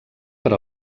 per